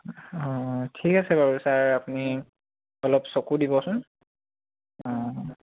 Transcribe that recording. অঁ ঠিক আছে বাৰু ছাৰ আপুনি অলপ চকু দিবচোন অঁ